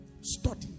Study